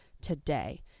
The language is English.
today